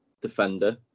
defender